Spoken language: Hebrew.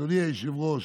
אדוני היושב-ראש: